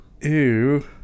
Ew